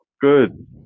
good